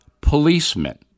policemen